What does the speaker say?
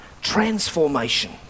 transformation